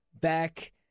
back